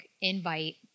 invite